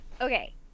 Okay